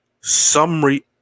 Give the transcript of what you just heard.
summary